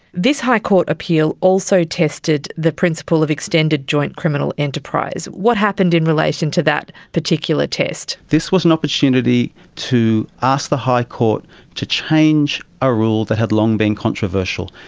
this high court appeal also tested the principle of extended joint criminal enterprise. what happened in relation to that particular test? this was an opportunity to ask the high court to change a rule that had long been controversial.